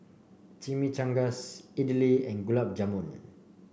Chimichangas Idili and Gulab Jamun